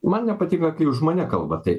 man nepatika kai už mane kalba tai